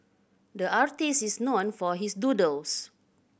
the artist is known for his doodles